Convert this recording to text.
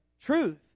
truth